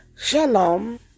Shalom